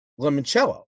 limoncello